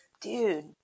dude